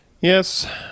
Yes